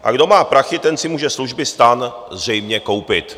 A kdo má prachy, ten si může služby STAN zřejmě koupit.